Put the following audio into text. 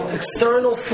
external